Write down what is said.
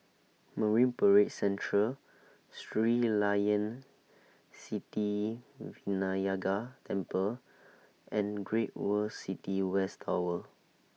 Marine Parade Central Sri Layan Sithi Vinayagar Temple and Great World City West Tower